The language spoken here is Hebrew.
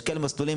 יש כאלה מסלולים,